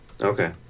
Okay